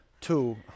two